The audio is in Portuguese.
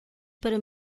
para